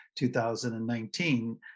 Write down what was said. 2019